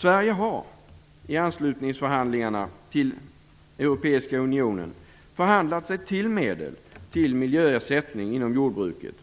Sverige har i anslutningsförhandlingarna till Europeiska unionen förhandlat sig till medel för miljöersättning inom jordbruket